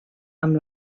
amb